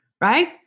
Right